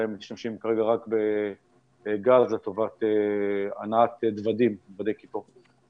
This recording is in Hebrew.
בהם משתמשים כרגע רק בגז לטובת הנעת דוודי קיטור.